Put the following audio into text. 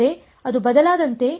ಆದರೆ ಅದು ಬದಲಾದಂತೆ